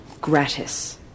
gratis